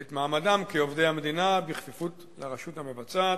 ואת מעמדם כעובדי מדינה בכפיפות לרשות המבצעת,